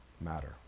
matter